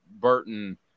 Burton